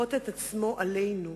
לכפות את עצמו עלינו,